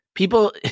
People